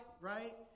right